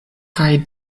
kaj